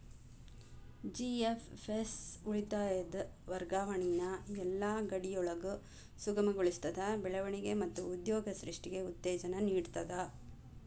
GFS ಉಳಿತಾಯದ್ ವರ್ಗಾವಣಿನ ಯೆಲ್ಲಾ ಗಡಿಯೊಳಗು ಸುಗಮಗೊಳಿಸ್ತದ, ಬೆಳವಣಿಗೆ ಮತ್ತ ಉದ್ಯೋಗ ಸೃಷ್ಟಿಗೆ ಉತ್ತೇಜನ ನೇಡ್ತದ